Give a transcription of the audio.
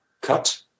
cut